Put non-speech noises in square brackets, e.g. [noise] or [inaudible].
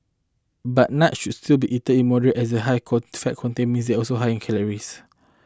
but nuts should still be eaten in moderate as the high [unintelligible] fat content means also high in calories